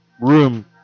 Room